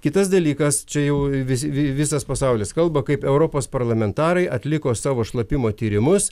kitas dalykas čia jau visi visas pasaulis kalba kaip europos parlamentarai atliko savo šlapimo tyrimus